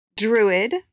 druid